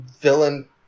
villain